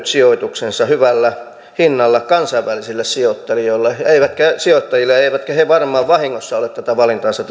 sijoituksensa hyvällä hinnalla kansainvälisille sijoittajille eivätkä sijoittajille eivätkä he varmaan vahingossa ole tässä valintaansa